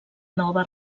nova